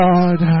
God